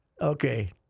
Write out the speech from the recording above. Okay